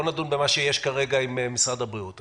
בואו נדון במה שיש כרגע עם משרד הבריאות.